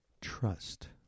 Trust